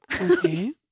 Okay